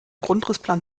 grundrissplan